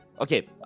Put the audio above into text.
Okay